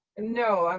and no, um